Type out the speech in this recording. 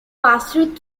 passed